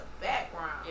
background